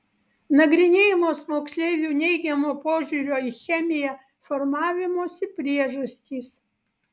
nagrinėjamos moksleivių neigiamo požiūrio į chemiją formavimosi priežastys